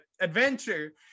adventure